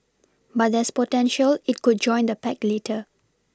but there's potential it could join the pact later